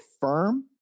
firm